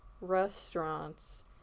restaurants